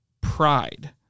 pride